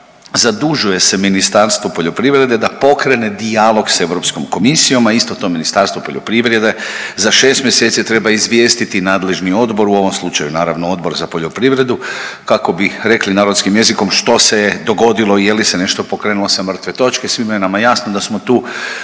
zadužuje se Ministarstvo poljoprivrede da pokrene dijalog sa Europskom komisijom, a isto to Ministarstvo poljoprivrede za šest mjeseci treba izvijestiti nadležni odbor u ovom slučaju naravno Odbor za poljoprivredu kako bi rekli narodskim jezikom što se je dogodilo, je li se nešto pokrenulo sa mrtve točke. Svima je nama jasno da smo tu